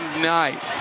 night